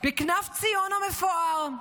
בכנף ציון המפואר,